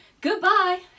goodbye